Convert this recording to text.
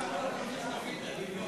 שנפעיל את הדמיון.